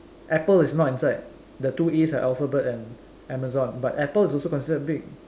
Apple is not inside the two A's are Alphabet and Amazon but Apple is also considered big